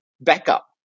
backup